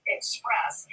Express